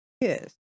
Yes